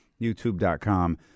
YouTube.com